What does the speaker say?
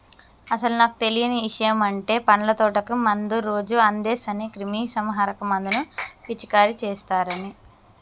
అసలు నాకు తెలియని ఇషయమంటే పండ్ల తోటకు మందు రోజు అందేస్ అనే క్రిమీసంహారక మందును పిచికారీ చేస్తారని